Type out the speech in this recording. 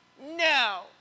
no